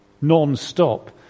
non-stop